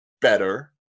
better